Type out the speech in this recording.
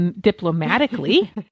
diplomatically